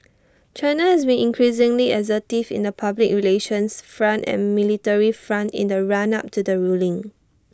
China has been increasingly assertive in the public relations front and military front in the run up to the ruling